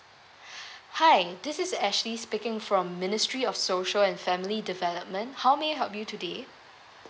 hi this is ashley speaking from ministry of social and family development how may I help you today